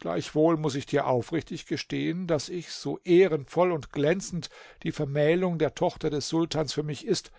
gleichwohl muß ich dir aufrichtig gestehen daß ich so ehrenvoll und glänzend die vermählung der tochter des sultans für mich ist